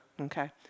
Okay